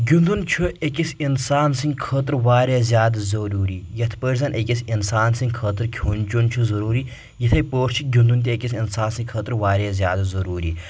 گِنٛدُن چھُ أکِس انسان سٕنٛدِ خٲطرٕ واریاہ زیادٕ ضروٗری یتھ پٲٹھۍ زن أکِس انسان سٕنٛدۍ خٲطرٕ کھیٚون چٮ۪وٚن چھُ ضروٗری یِتھٕے پٲٹھۍ چھِ گنٛدُن تہِ أکِس انسان سٕنٛدِ خٲطرٕ واریاہ زیادٕ ضروٗری